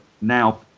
now